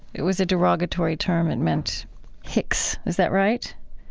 it was a derogatory term. it meant hicks, is that right?